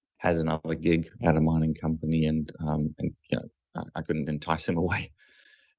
has another ah gig at a mining company and and yeah i couldn't entice him away.